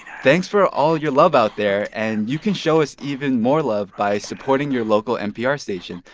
thanks for all your love out there. and you can show us even more love by supporting your local npr station,